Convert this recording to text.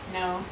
no